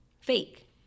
fake